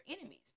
enemies